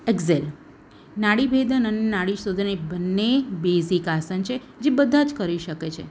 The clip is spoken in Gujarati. એક્ઝેલ નાડીભેદન અને નાડીશોધન એ બંને બેઝિક આસન છે જે બધા જ કરી શકે છે